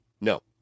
No